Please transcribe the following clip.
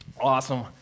Awesome